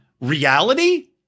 reality